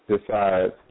decides